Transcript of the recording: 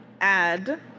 add